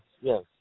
yes